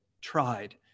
tried